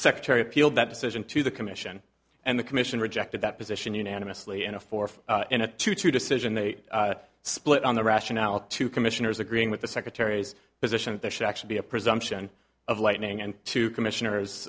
secretary appealed that decision to the commission and the commission rejected that position unanimously in a four in a two to decision they split on the rationale two commissioners agreeing with the secretary's position that they should actually be a presumption of lightning and to commissioners